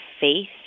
faith